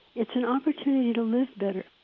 it's an opportunity to live better,